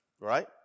Right